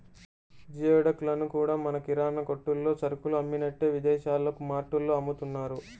geoduck లను కూడా మన కిరాణా కొట్టుల్లో సరుకులు అమ్మినట్టే విదేశాల్లో మార్టుల్లో అమ్ముతున్నారు